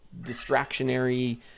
distractionary